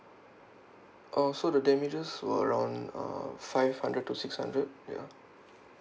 uh so the damages were around uh five hundred to six hundred ya